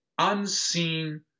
unseen